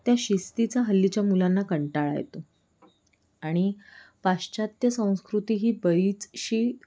त्या शिस्तीचा हल्लीच्या मुलांना कंटाळा येतो आणि पाश्चात्त्य संस्कृती ही बरीचशी